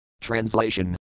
Translation